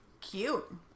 Cute